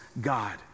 God